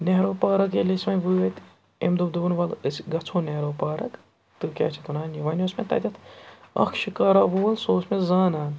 Nehru park ییٚلہِ أسۍ وۄنۍ وٲتۍ امہِ دوٚپ دوٚپُن وَلہٕ أسۍ گژھو نہروٗ پارک تہٕ کیٛاہ چھِ اَتھ وَنان یہِ وۄنۍ اوس مےٚ تَتٮ۪تھ اَکھ شِکارا وول سُہ اوس مےٚ زانان